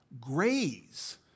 graze